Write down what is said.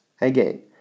Again